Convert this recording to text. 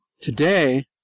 today